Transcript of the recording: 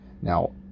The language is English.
Now